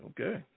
Okay